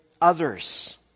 others